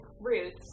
roots